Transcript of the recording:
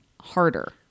harder